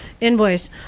invoice